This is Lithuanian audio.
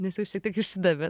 nes jau šiek tiek išsidavė